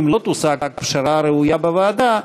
אם לא תושג פשרה ראויה בוועדה,